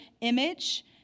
image